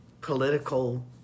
political